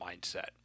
mindset